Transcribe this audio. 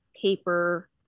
paper